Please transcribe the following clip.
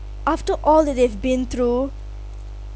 after all that they've been through